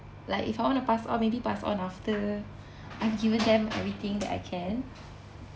like if I wanna pass on maybe pass on after I've given them everything that I can